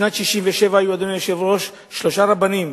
בשנת 1967, אדוני היושב-ראש, שלושה רבנים